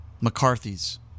McCarthy's